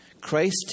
Christ